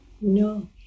No